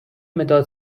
مداد